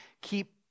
Keep